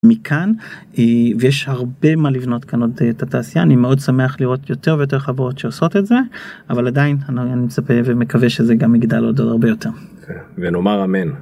מכאן, ויש הרבה מה לבנות כאן עוד את התעשייה אני מאוד שמח לראות יותר ויותר חברות שעושות את זה אבל עדיין אני מצפה ומקווה שזה גם יגדל עוד הרבה יותר. ונאמר אמן.